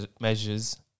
measures